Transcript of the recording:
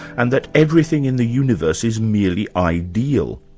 and that every thing in the universe is merely ideal.